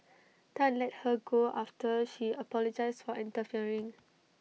Tan let her go after she apologised for interfering